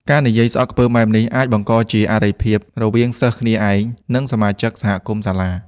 ការនិយាយស្អប់ខ្ពើមបែបនេះអាច បង្កជាអរិភាព រវាងសិស្សគ្នាឯង និងសមាជិកសហគមន៍សាលា។